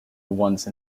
once